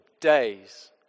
days